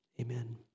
amen